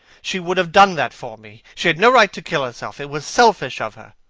she would have done that for me. she had no right to kill herself. it was selfish of her.